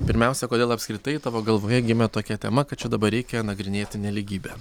pirmiausia kodėl apskritai tavo galvoje gimė tokia tema kad čia dabar reikia nagrinėti nelygybę